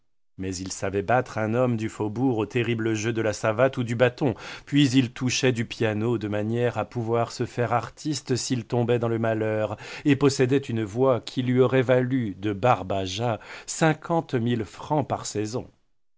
mais il savait battre un homme du faubourg au terrible jeu de la savate ou du bâton puis il touchait du piano de manière à pouvoir se faire artiste s'il tombait dans le malheur et possédait une voix qui lui aurait valu de barbaja cinquante mille francs par saison